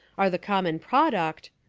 are the common product,